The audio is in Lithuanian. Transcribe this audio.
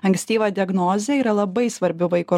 ankstyva diagnozė yra labai svarbiu vaiko